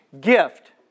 gift